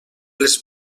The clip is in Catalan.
les